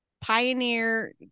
pioneer